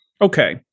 Okay